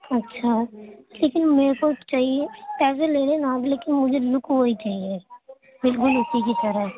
اچھا لیکن میرے صرف چاہیے پیسے لے لینا لیکن مجھے لک وہی چاہیے بالکل اسی کی طرح